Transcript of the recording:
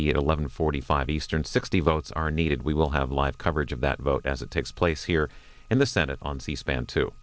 be eleven forty five eastern sixty votes are needed we will have live coverage of that vote as it takes place here in the senate on cspan to